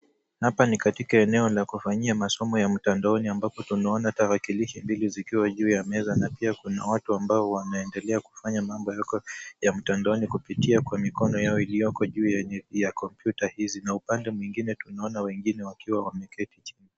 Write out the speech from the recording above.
Hapa ni katika eneo la kufanyia masomo ya mtandaoni ambapo tunaona tarakilishi mbili zikiwa juu ya meza na pia kuna watu ambao wanaendelea kufanya mambo yao ya mtandaoni kupitia kwa mikono yao iliyoko juu yenye kompyuta hizi, na upande mwingine tunaona wengine wakiwa wameketi chini.